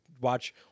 watch